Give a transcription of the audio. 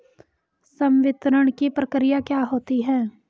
संवितरण की प्रक्रिया क्या होती है?